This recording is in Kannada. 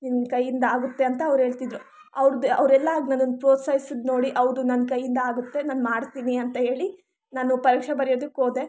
ನಿನ್ನ ಕೈಯ್ಯಿಂದ ಆಗುತ್ತೆ ಅಂತ ಅವರು ಹೇಳ್ತಿದ್ರು ಅವ್ರದ್ದು ಎಲ್ಲ ನನ್ನನ್ನು ಪ್ರೋತ್ಸಾಹಿಸಿದ್ದು ನೋಡಿ ಹೌದು ನನ್ನ ಕೈಯ್ಯಿಂದ ಆಗುತ್ತೆ ನಾನು ಮಾಡ್ತೀನಿ ಅಂತ ಹೇಳಿ ನಾನು ಪರೀಕ್ಷೆ ಬರಿಯೋದಕ್ಕೆ ಹೋದೆ